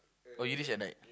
oh Illusion at night